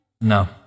No